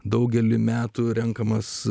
daugelį metų renkamas